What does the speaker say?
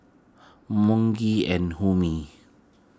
and Homi